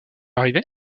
arrivée